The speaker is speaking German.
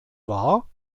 war